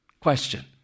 Question